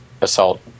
assault